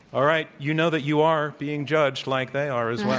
all right. you know that you are being judged like they are as well.